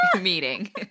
meeting